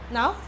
Now